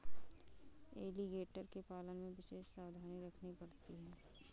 alligator के पालन में विशेष सावधानी रखनी पड़ती है